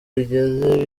bigeze